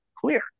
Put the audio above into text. clear